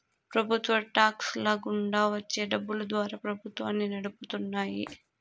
ప్రభుత్వ టాక్స్ ల గుండా వచ్చే డబ్బులు ద్వారా ప్రభుత్వాన్ని నడుపుతున్నాయి